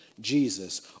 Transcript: Jesus